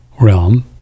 realm